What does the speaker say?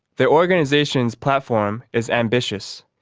the organisation's platform is ambitious.